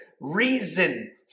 reason